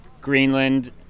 Greenland